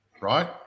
Right